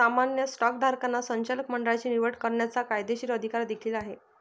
सामान्य स्टॉकधारकांना संचालक मंडळाची निवड करण्याचा कायदेशीर अधिकार देखील आहे